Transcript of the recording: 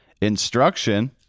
instruction